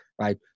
right